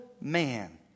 man